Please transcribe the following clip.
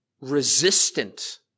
resistant